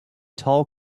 tall